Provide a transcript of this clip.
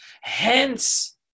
Hence